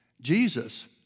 Jesus